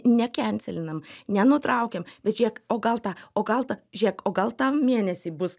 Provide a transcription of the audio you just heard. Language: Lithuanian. nekencelinam nenutraukiam bet žiūrėk o gal tą o gal tą žiūrėk o gal tą mėnesį bus